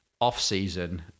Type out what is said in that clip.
off-season